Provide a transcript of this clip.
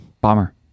Bomber